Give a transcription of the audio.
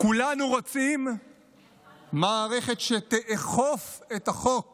כולנו רוצים מערכת שתאכוף את החוק